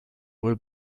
will